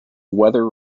weather